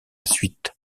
suite